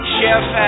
Chef